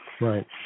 Right